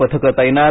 पथकं तैनात